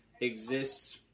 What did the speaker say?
exists